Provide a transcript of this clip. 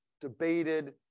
debated